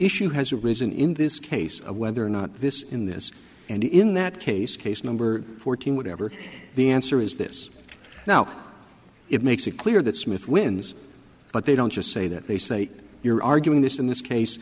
issue has arisen in this case whether or not this in this and in that case case number fourteen whatever the answer is this now it makes it clear that smith wins but they don't just say that they say you're arguing this in this case